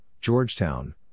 Georgetown